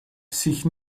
sich